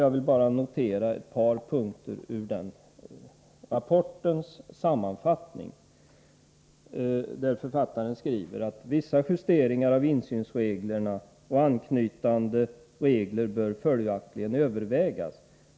Jag vill bara notera ett par punkter ur denna rapports sammanfattning, där författaren skriver: ”Vissa justeringar av insynsreglerna och anknytande regler bör följaktligen övervägas.